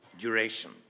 duration